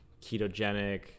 ketogenic